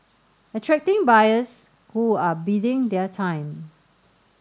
attracting buyers who are biding their time